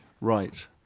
Right